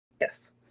Yes